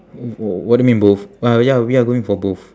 w~ what do you mean both uh ya we are going for both